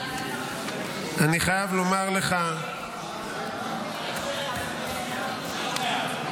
אני חייב לומר לך --- אתה לא חייב.